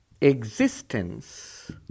existence